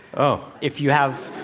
oh. if you have